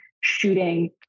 shooting